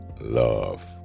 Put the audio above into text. love